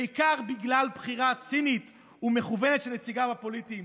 בעיקר בגלל בחירה צינית ומכוונת של נציגיו הפוליטיים.